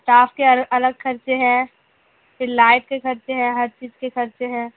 staff کے الگ خرچے ہیں پھر لائٹ کے خرچے ہیں ہر چیز کے خرچے ہیں